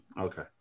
Okay